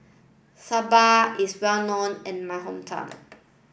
Sambar is well known in my hometown